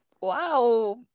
Wow